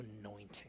anointing